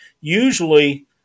usually